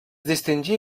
distingí